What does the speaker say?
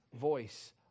voice